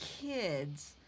kids